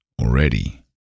already